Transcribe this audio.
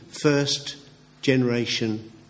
first-generation